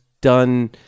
done